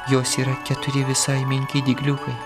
jos yra keturi visai menki dygliukai